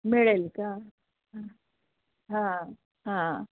मिळेल का हां हां